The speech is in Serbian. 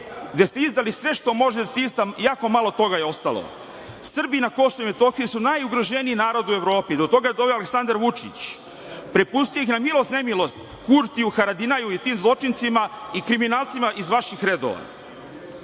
gde ste izdali sve što može izda, jako malo toga je ostalo. Srbi na Kosovu i Metohiji su najugroženiji narod u Evropu, do toga je doveo Aleksandar Vučić, prepustio ih je na milost i nemilost Kurtiju, Haradinaju i tim zločincima i kriminalcima iz vaših redova. Sledeća